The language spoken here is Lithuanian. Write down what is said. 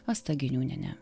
asta giniūniene